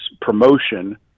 promotion